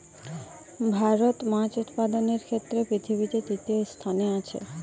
ভারত মাছ উৎপাদনের ক্ষেত্রে পৃথিবীতে তৃতীয় স্থানে আছে